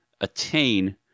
attain